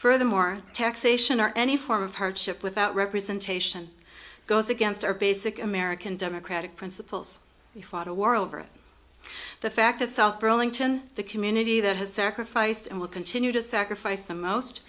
furthermore taxation or any form of hardship without representation goes against our basic american democratic principles we fought a war over the fact that south burlington the community that has sacrificed and will continue to sacrifice the most